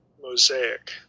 Mosaic